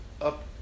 up